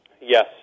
Yes